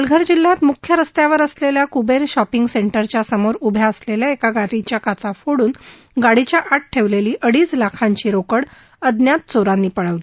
पालघर जिल्ह्यात मुख्य रस्त्यावर असलेल्या कुबेर शॉपिंग सेंटरच्या समोर उभ्या असलेल्या एका गाडीच्या काचा फोड्रन गाडीच्या आत ठेवलेली अडीज लाखांची रोकड अज्ञात चोरांनी पळवली